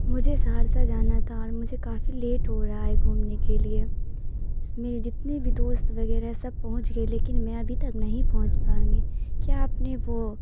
مجھے سہرسہ جانا تھا اور مجھے کافی لیٹ ہو رہا ہے گھومنے کے لیے اس میں جتنے بھی دوست وغیرہ سب پہنچ گئے لیکن میں ابھی تک نہیں پہنچ پاؤں گی کیا آپ نے وہ